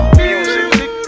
music